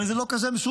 והרי זה לא כזה מסובך,